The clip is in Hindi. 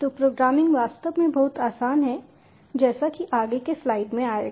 तो प्रोग्रामिंग वास्तव में बहुत आसान है जैसाकि आगे के स्लाइड में आएगा